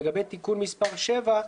לגבי תיקון מס' 7,